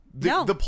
No